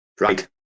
right